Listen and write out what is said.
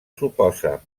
suposa